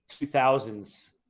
2000s